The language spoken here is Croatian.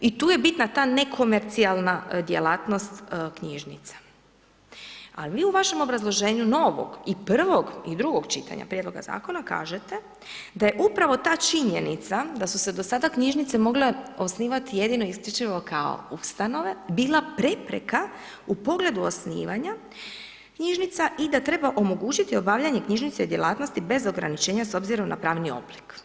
I tu je bitna ta nekomercijalna djelatnost knjižnica, ali vi u vašem obrazloženju novog i prvog i drugog čitanja prijedloga zakona kažete da je upravo ta činjenica da su se do sada knjižnice mogle osnivati jedino i isključivo kao ustanove, bila prepreka u pogledu osnivanja knjižnica i da treba omogućiti obavljanje knjižnica i djelatnosti bez ograničenja s obzirom na pravni oblik.